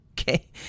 Okay